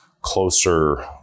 closer